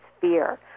fear